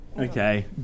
Okay